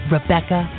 Rebecca